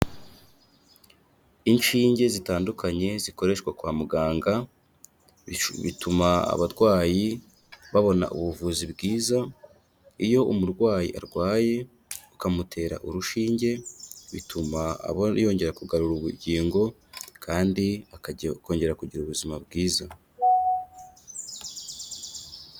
Inshinge zitandukanye zikoreshwa kwa muganga bituma abarwayi babona ubuvuzi bwiza, iyo umurwayi arwaye ukamutera urushinge bituma aba yongera kugarura ubugingo kandi akajya kongera kugira ubuzima bwiza.